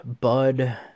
Bud